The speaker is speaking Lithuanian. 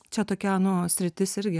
čia tokia nu sritis irgi